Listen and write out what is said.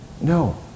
No